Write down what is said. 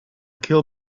kill